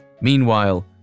Meanwhile